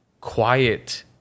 quiet